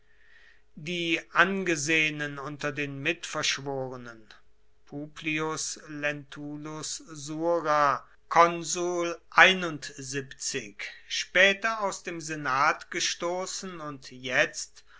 die angesehenen unter den mitverschworenen publius lentulus sura konsul später aus dem senat gestoßen und jetzt